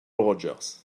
rogers